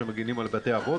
שמגנים על בתי האבות,